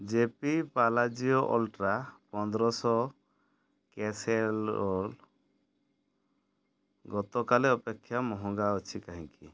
ଜେ P Palazio ultra ପନ୍ଦରଶହ casserole ଗତକାଲି ଅପେକ୍ଷା ମହଙ୍ଗା ଅଛି କାହିଁକି